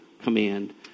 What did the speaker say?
command